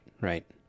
right